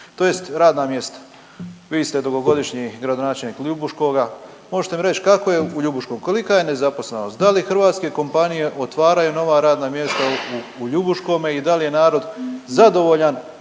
tj. radna mjesta. Vi ste dugogodišnji gradonačelnik Ljubuškoga. Možete li mi reći kako je u Ljubuškom? Kolika je nezaposlenost, da li hrvatske kompanije otvaraju nova radna mjesta u Ljubuškom i da li je narod zadovoljan